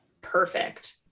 perfect